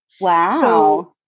Wow